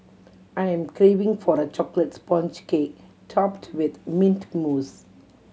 I am craving for the chocolate sponge cake topped with mint mousse